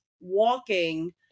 walking